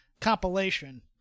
compilation